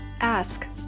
Ask